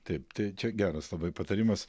taip tai čia geras labai patarimas